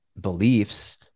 beliefs